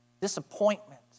disappointment